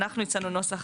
אנחנו הצענו נוסח,